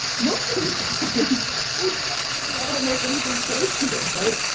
most of those guys would never be able to make anything close to this. right.